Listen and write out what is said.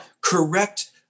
correct